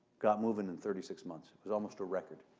got moving in thirty six months. it was almost a record.